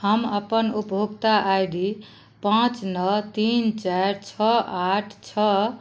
हम अपन उपभोक्ता आई डी पाँच नओ तीन चारि छओ आठ छओ